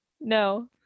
No